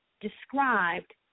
described